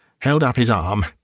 held up his arm,